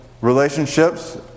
Relationships